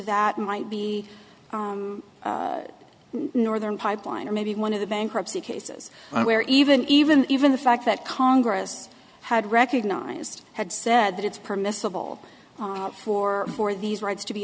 that might be northern pipeline or maybe one of the bankruptcy cases where even even even the fact that congress had recognized had said that it's permissible for for these rights to be